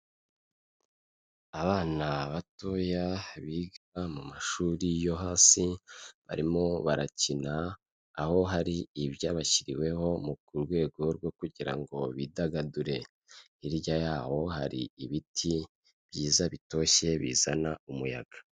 Abana batoya biga mu mashuri yo hasi, barimo barakina aho hari ibyabashyiriweho ku rwego rwo kugira ngo bidagadure, hirya yaho hari ibiti byiza bitoshye bizana umuyaga.